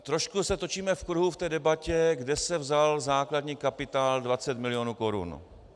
Trošku se točíme v kruhu v té debatě, kde se vzal základní kapitál 20 milionů korun.